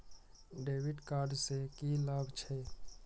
डेविट कार्ड से की लाभ छै?